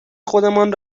خودمان